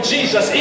Jesus